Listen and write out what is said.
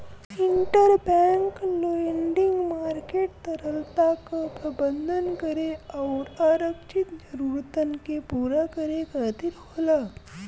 interbank lending market तरलता क प्रबंधन करे आउर आरक्षित जरूरतन के पूरा करे खातिर होला